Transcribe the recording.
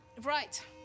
Right